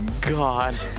god